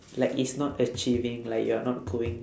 like it's not achieving like you're not going